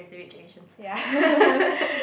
yeah